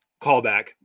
callback